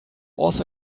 also